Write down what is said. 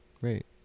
Great